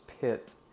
pit